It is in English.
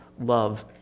love